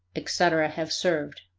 etc, have served.